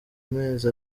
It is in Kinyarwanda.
mezi